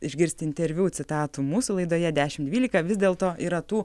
išgirsti interviu citatų mūsų laidoje dešim dvylika vis dėlto yra tų